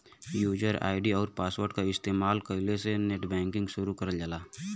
user ID आउर password क इस्तेमाल कइके नेटबैंकिंग शुरू करल जाला